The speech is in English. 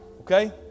Okay